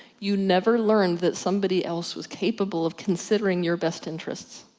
you never learned that somebody else was capable of considering your best interest.